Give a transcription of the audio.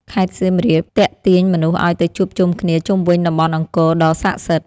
ខេត្តសៀមរាបទាក់ទាញមនុស្សឱ្យទៅជួបជុំគ្នាជុំវិញតំបន់អង្គរដ៏ស័ក្តិសិទ្ធិ។